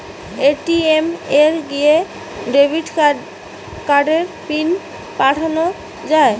ATM এ গিয়ে debit কার্ডের পিন পাল্টানো যায়